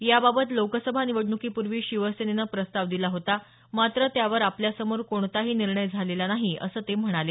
याबाबत लोकसभा निवडणुकीपूर्वी शिवसेनेनं प्रस्ताव दिला होता मात्र त्यावर आपल्यासमोर कोणताही निर्णय झालेला नाही असं ते म्हणाले